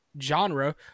genre